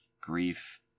grief